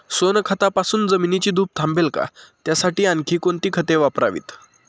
सोनखतापासून जमिनीची धूप थांबेल का? त्यासाठी आणखी कोणती खते वापरावीत?